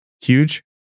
huge